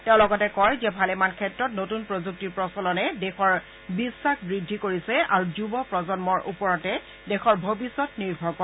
তেওঁ লগতে কয় যে ভালেমান ক্ষেত্ৰত নতুন প্ৰযুক্তিৰ প্ৰচলনে দেশৰ বিশ্বাস বৃদ্ধি কৰিছে আৰু যুৱ প্ৰজন্মৰ ওপৰতে দেশৰ ভৱিষ্যৎ নিৰ্ভৰ কৰে